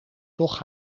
toch